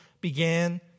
began